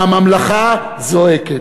והממלכה זועקת.